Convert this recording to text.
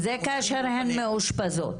זה כאשר הן מאושפזות.